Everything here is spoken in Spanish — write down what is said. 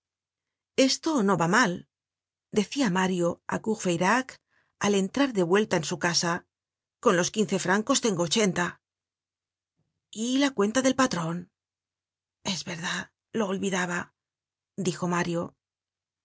esto no va mal decia mario á courfeyrac al entrar de vuelta en su casa con los quince francos tengo ochenta y la cuenta del patron es verdad la olvidaba dijo mario